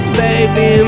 baby